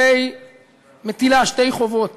מטילה שתי חובות